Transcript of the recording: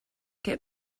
get